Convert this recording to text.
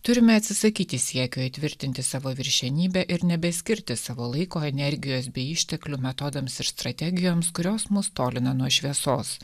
turime atsisakyti siekio įtvirtinti savo viršenybę ir nebeskirti savo laiko energijos bei išteklių metodams ir strategijoms kurios mus tolina nuo šviesos